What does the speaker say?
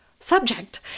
Subject